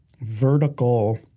vertical